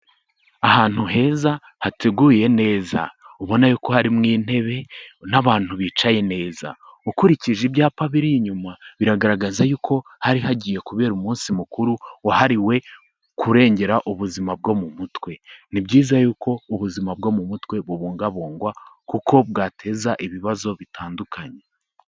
Ahantu heza hateguye neza. Ubona yuko ko harimo intebe n'abantu bicaye neza. Ukurikije ibyapa biri inyuma, biragaragaza yuko hari hagiye kubera umunsi mukuru wahariwe kurengera ubuzima bwo mu mutwe. Ni byiza yuko ubuzima bwo mu mutwe bubungabungwa kuko bwateza ibibazo bitandukanye.